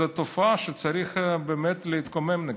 זו תופעה שצריך באמת להתקומם נגדה.